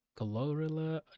Glorilla